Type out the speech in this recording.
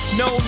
no